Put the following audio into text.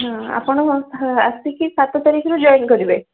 ଆପଣ ଆସିକି ସାତ ତାରିଖରୁ ଜଏନ୍ କରିବେ